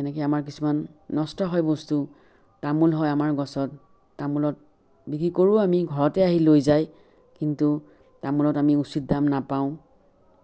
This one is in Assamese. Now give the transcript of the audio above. সেনেকে আমাৰ কিছুমান নষ্ট হয় বস্তু তামোল হয় আমাৰ গছত তামোলত বিক্ৰী কৰোঁ আমি ঘৰতেই আহি লৈ যায় কিন্তু তামোলত আমি উচিত দাম নাপাওঁ